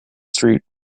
street